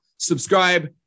subscribe